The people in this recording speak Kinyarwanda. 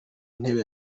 ntebe